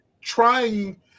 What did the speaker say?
trying